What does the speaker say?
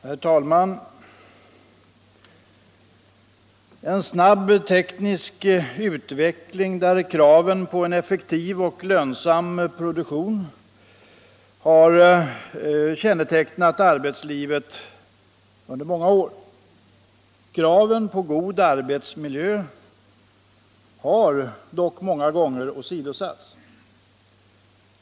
Herr talman! En snabb teknisk utveckling med krav på en effektiv och lönsam produktion har kännetecknat arbetslivet under många år. Kraven på god arbetsmiljö har dock många gånger åsidosatts.